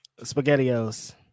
Spaghettios